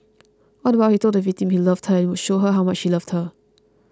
all the while he told the victim that he loved her and would show her how much he loved her